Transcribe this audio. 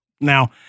Now